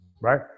right